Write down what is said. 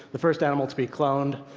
the first animal to be cloned.